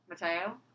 Mateo